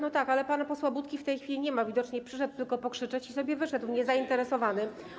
No tak, ale pana posła Budki w tej chwili nie ma, widocznie przyszedł tylko pokrzyczeć i sobie wyszedł niezainteresowany.